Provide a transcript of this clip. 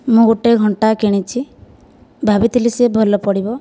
ମୁଁ ଗୋଟିଏ ଘଣ୍ଟା କିଣିଛି ଭାବିଥିଲି ସେ ଭଲ ପଡ଼ିବ